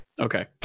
Okay